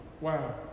Wow